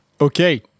okay